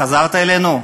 חזרת אלינו?